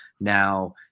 Now